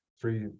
three